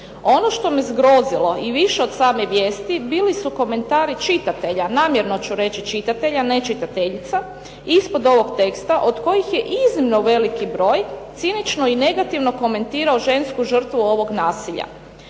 Ono što me zgrozilo više od same vijesti bili su komentari čitatelja, namjerno ću reći čitatelja ne čitateljica, ispod ovog teksta od kojih je iznimno veliki broj cinično i negativno komentirao žensku žrtvu ovog nasilja.